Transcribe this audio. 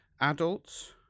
Adults